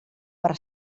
per